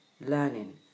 learning